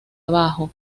abajo